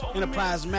Enterprise